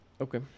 Okay